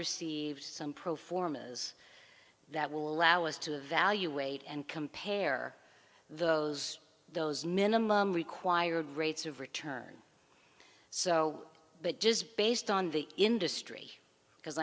received some pro forma as that will allow us to evaluate and compare those those minimum required rates of return so but just based on the industry because